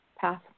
path